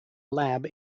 lab